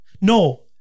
No